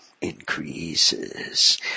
increases